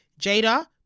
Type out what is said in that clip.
Jada